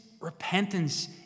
repentance